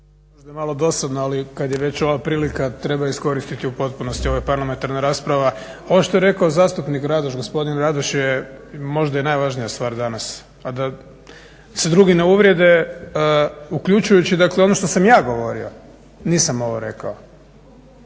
Možda malo dosadno ali kada je već ova prilika treba iskoristiti u potpunosti, ovo je parlamentarna rasprava. Ovo što je rekao zastupnik Radoš, gospodin Radoš možda je najvažnija stvar danas, a da se drugi ne uvrijede, uključujući ono što sam ja govorio, nisam ovo rekao,